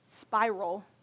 spiral